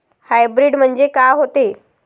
Hybrid म्हनजे का होते?